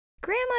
Grandma